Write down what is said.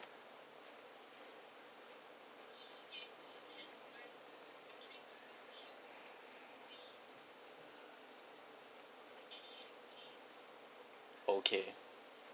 okay